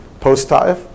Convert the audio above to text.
post-Taif